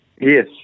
Yes